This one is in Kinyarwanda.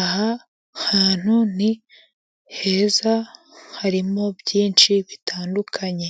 Aha hantu ni heza harimo byinshi bitandukanye.